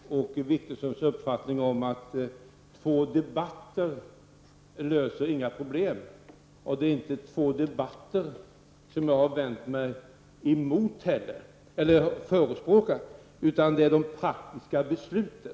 Herr talman! Jag delar Åke Wictorssons uppfattning att två debatter inte löser några problem. Men det är inte heller två debatter som jag har förespråkat, utan det är de praktiska besluten